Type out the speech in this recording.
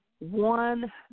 One